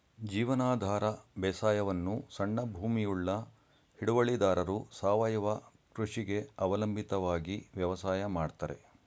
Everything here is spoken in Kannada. ಜೀವನಾಧಾರ ಬೇಸಾಯವನ್ನು ಸಣ್ಣ ಭೂಮಿಯುಳ್ಳ ಹಿಡುವಳಿದಾರರು ಸಾವಯವ ಕೃಷಿಗೆ ಅವಲಂಬಿತವಾಗಿ ವ್ಯವಸಾಯ ಮಾಡ್ತರೆ